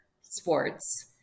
sports